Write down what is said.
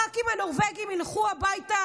הח"כים הנורבגים ילכו הביתה